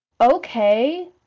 okay